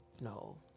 no